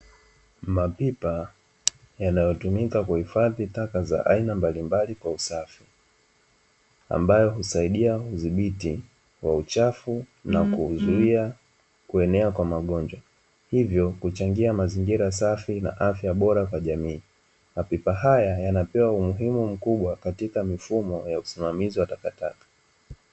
Mapipa yanayoyumika kuhifadhi taka mbalimbali kwa usafi, ambayo husaidia kudhibiti kwa uchafu na kuzuia kuenea kwa magonjwa hivyo huchangia mazingira safi na afya bora kwa jamii, mapipa haya yanapewa umuhimu mkubwa katika usimamizi wa takataka.